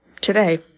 today